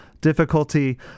difficulty